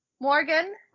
Morgan